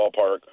ballpark